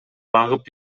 багып